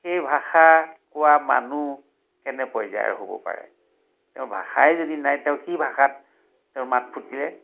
সেই ভাষা কোৱা মানুহ কেনে পৰ্যায়ৰ হ'ব পাৰে তেওঁৰ ভাষাই যদি নাই তেওঁ কি ভাষাত তেওঁৰ মাত ফুটিলে